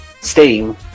Steam